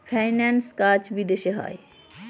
ফাইন্যান্সের কাজ বিদেশে হয়